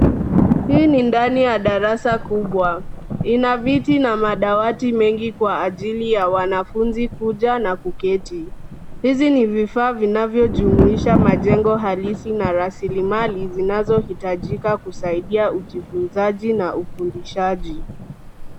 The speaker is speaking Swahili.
Hii ni ndani ya darasa kubwa. Ina viti na madawati mengi kwa ajili ya wanafunzi kuja na kuketi. Hizi ni vifaa vinavyojumuisha majengo halisi na rasili mali zinazohitajika kusaidia ujifunzaji na ufundishaji.